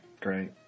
Great